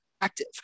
active